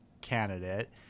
candidate